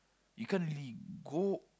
you can't really go